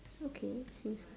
okay seem right